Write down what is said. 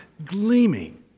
gleaming